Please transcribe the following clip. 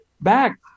back